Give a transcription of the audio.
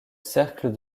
cercle